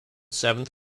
seventh